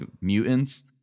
mutants